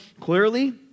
clearly